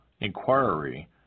inquiry